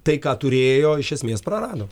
tai ką turėjo iš esmės prarado